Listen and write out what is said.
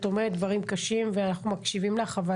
את אומרת דברים קשים ואנחנו מקשיבים לך אבל